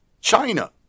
China